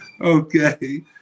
Okay